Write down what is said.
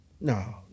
No